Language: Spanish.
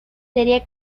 sería